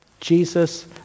Jesus